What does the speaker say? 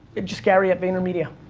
just gary at vaynermedia.